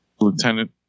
lieutenant